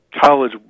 College